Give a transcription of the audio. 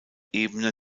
ebene